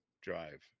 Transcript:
drive